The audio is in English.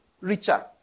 richer